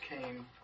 came